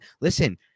listen